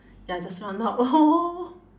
then I just run out lor